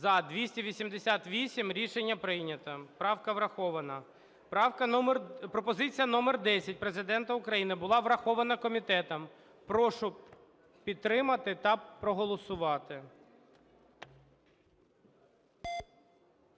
За-288 Рішення прийнято, правка врахована. Пропозиція номер десять Президента України. Була врахована комітетом. Прошу підтримати та проголосувати.